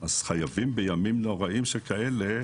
אז חייבים לספק חשמל בימים נוראיים שכאלה.